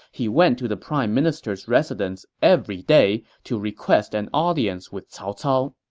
he went to the prime minister's residence every day to request an audience with cao cao.